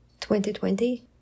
2020